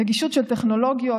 נגישות של טכנולוגיות,